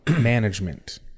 Management